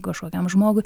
kažkokiam žmogui